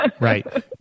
right